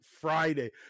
Friday